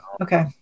okay